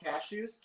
cashews